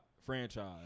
franchise